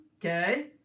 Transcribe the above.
Okay